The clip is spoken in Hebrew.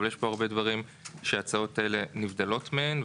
אבל יש פה הרבה דברים שההצעות האלה נבדלות מהן,